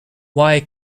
why